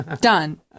Done